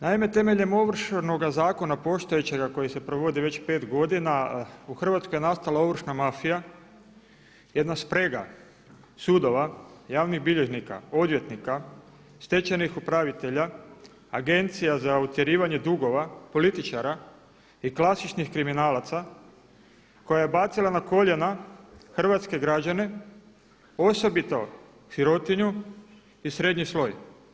Naime, temeljem Ovršnoga zakona postojećega koji se provodi već 5 godina u Hrvatskoj je nastala ovršna mafija, jedna sprega sudova, javnih bilježnika, odvjetnika, stečajnih upravitelja, agencija za utjerivanje dugova, političara i klasičnih kriminalaca koja je bacila na koljena hrvatske građane osobito sirotinju i srednji sloj.